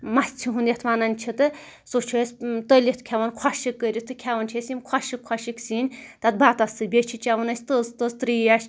مَژھہِ ہنٛد یَتھ وَنان چھِ تہٕ سُہ چھِ أسۍ تٔلِتھ کھیٚوان خۄشٕک کٔرِتھ تہٕ کھیٚوان چھِ أسۍ یِم خۄشٕک خۄشٕک سِنۍ تَتھ بَتَس سۭتۍ بیٚیہِ چھِ چیٚوان أسۍ تٔژ تٔژ ترٛیش